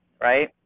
right